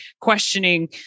questioning